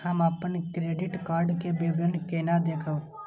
हम अपन credit card के विवरण केना देखब?